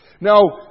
Now